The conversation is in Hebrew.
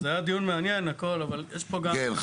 היה דיון מעניין אבל יש פה גם --- כן,